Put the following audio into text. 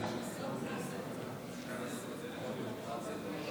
גם הסתייגות זו לא